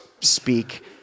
speak